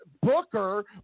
booker